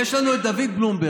יש לנו את דוד בלומברג,